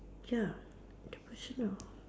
ya the personal